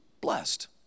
blessed